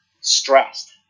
stressed